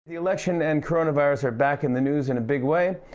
the election and coronavirus are back in the news in a big way,